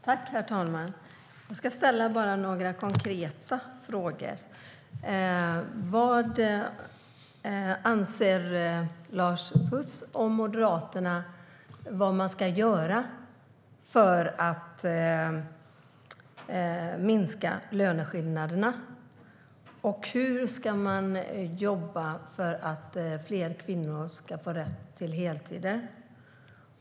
Herr talman! Jag ska ställa några konkreta frågor. Vad anser Lars Püss och Moderaterna att man ska göra för att minska löneskillnaderna? Hur ska man jobba för att fler kvinnor ska få rätt till heltid?